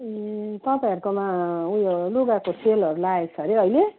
ए तपाईँहरूकोमा उयो लुगाको सेलहरू लागेको छ हरे अहिले